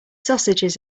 sausages